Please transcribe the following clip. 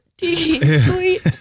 Sweet